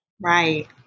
Right